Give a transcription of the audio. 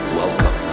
welcome